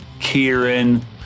Kieran